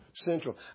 central